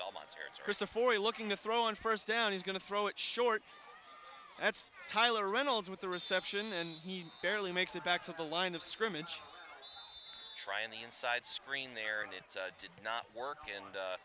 belmont for looking to throw in first down he's going to throw it short that's tyler reynolds with the reception and he barely makes it back to the line of scrimmage trying the inside screen there and it did not work and